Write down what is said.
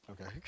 Okay